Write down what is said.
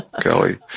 Kelly